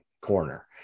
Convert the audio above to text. corner